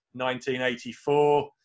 1984